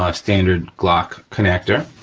um standard glock connector.